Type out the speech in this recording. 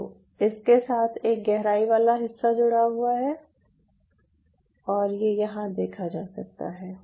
तो इसके साथ एक गहराई वाला हिस्सा जुड़ा हुआ है और ये यहां देखा जा सकता है